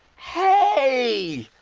hey!